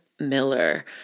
Miller